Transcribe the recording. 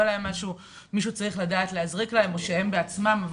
להם משהו מישהו צריך לדעת להזריק להם או שהם בעצמם,